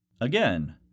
Again